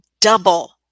double